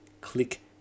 click-